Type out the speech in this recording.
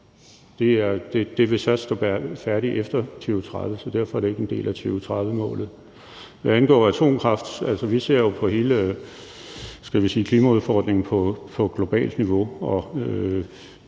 Det vil først stå færdig efter 2030, så derfor er det ikke en del af 2030-målet. Hvad angår atomkraft, vil jeg sige, at vi jo ser på hele klimaudfordringen på globalt niveau,